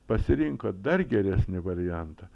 pasirinko dar geresnį variantą